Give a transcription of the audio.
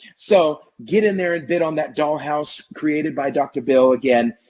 so get in there and bid on that doll house created by dr. bill again.